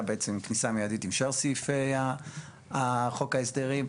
בעצם כניסה מיידית עם שאר סעיפי חוק ההסדרים.